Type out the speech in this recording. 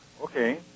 Okay